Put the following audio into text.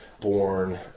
born